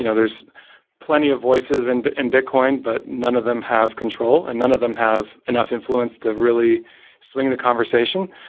you know there's plenty of voices in but and bitcoin but none of them have control and none of them have enough influence to really swing the conversation.